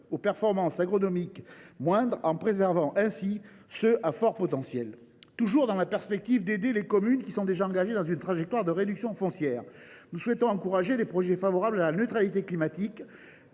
aux performances agronomiques moindres, préservant ainsi les sols à fort potentiel. Toujours dans la perspective d’aider les communes déjà engagées dans une trajectoire de réduction de la consommation foncière, nous souhaitons encourager les projets favorables à la neutralité climatique,